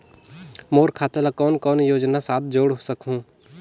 मोर खाता ला कौन कौन योजना साथ जोड़ सकहुं?